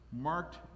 marked